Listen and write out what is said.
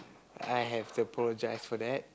I have to apologise for that